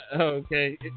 Okay